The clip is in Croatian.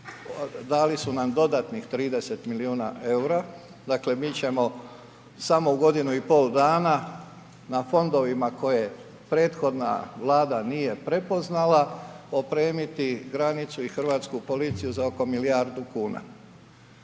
dali su nam dodatnih 30 milijuna EUR-a, dakle mi ćemo samo u godinu i pol dana na fondovima koje prethodna vlada nije prepoznala opremiti granicu i hrvatsku policiju za oko milijardu kuna.